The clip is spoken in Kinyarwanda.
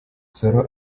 nsoro